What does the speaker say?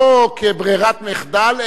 לא כברירת מחדל,